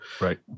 Right